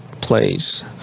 place